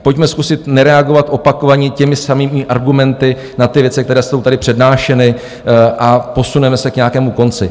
Pojďme zkusit nereagovat opakovaně těmi samými argumenty na ty věci, které jsou tady přednášeny, a posuneme se k nějakému konci.